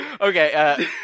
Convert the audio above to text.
Okay